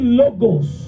logos